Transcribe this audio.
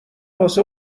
واسه